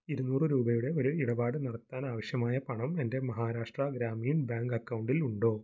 ഇരുന്നൂറ് രൂപയുടെ ഒരു ഇടപാട് നടത്താനാവശ്യമായ പണം എൻ്റെ മഹാരാഷ്ട്ര ഗ്രാമീൺ ബാങ്ക് അക്കൗണ്ടിൽ ഉണ്ടോ